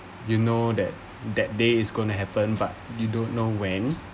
you know that that day is gonna to happen but you don't know when